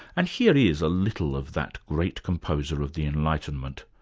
and here is a little of that great composer of the enlightenment.